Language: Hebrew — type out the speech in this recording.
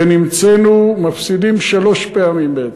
ונמצאנו מפסידים שלוש פעמים בעצם.